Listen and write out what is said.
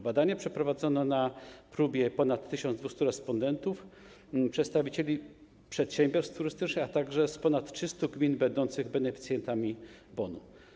Badanie przeprowadzono na próbie ponad 1200 respondentów, przedstawicieli przedsiębiorstw turystycznych z ponad 300 gmin będących beneficjentami bonu.